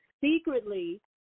secretly